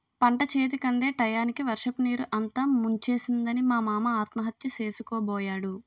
పంటచేతికందే టయానికి వర్షపునీరు అంతా ముంచేసిందని మా మామ ఆత్మహత్య సేసుకోబోయాడు